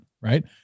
right